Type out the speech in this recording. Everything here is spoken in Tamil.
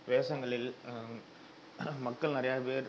வேஷங்களில் மக்கள் நிறையா பேர்